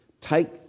take